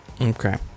Okay